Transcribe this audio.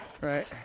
Right